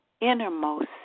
innermost